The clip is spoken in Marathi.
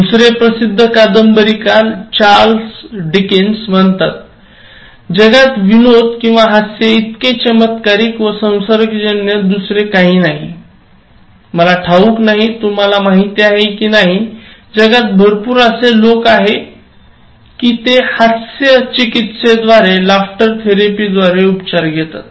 दुसरे प्रसिद्ध कादंबरीकार चार्ल्स डिकेन्स म्हणतातजगात विनोद किंवा हास्यइतके चमत्कारिक व संसर्गजन्य दुसरे काही नाहीमला ठाऊक नाही तुम्हाला माहिती आहे कि नाही जगात भरपूर असे लोक आहे कि ते हास्य चिकित्सेद्वारे उपचार घेतात